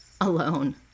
alone